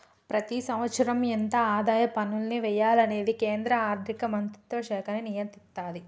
ప్రతి సంవత్సరం ఎంత ఆదాయ పన్నుల్ని వెయ్యాలనేది కేంద్ర ఆర్ధిక మంత్రిత్వ శాఖే నిర్ణయిత్తది